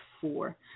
four